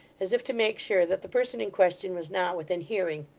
as if to make sure that the person in question was not within hearing,